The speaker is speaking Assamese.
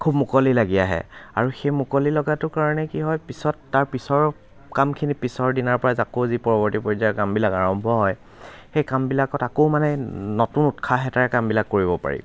খুব মুকলি লাগি আহে আৰু সেই মুকলি লগাটোৰ কাৰণে কি হয় পিছত তাৰ পিছৰ কামখিনি পিছৰ দিনাৰ পৰাই আকৌ যি পৰৱৰ্তী পৰ্যায়ৰ কামবিলাক আৰম্ভ হয় সেই কামবিলাকত আকৌ মানে নতুন উৎসাহ এটাৰে কামবিলাক কৰিব পাৰি